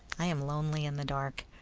i am lonely in the dark.